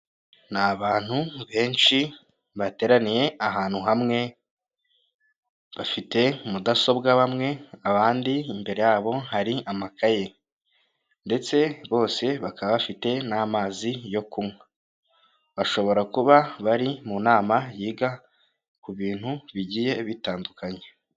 Ni abantu benshi bateraniye ahantu hamwe bafite mudasobwa bamwe abandi imbere yabo hari amakaye ndetse bose bakaba bafite n'amazi yo kunywa, bashobora kuba bari mu nama yiga ku bintu bigiye bitandukanye.